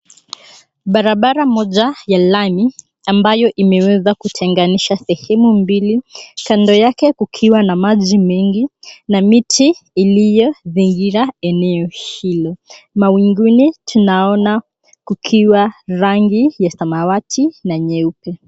Barabara moja ya lami ambayo imeweza kutenganisha sehemu mbili kando yake kukiwa na maji mingi na miti iliyozingira eneo hilo. Mawinguni tunaona kukiwa rangi ya samawati na nyeupe.